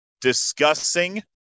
discussing